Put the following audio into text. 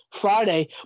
Friday